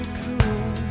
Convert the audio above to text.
cool